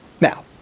Now